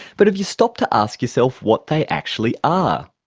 but have you stopped to ask yourself what they actually are?